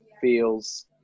feels